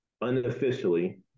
unofficially